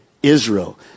Israel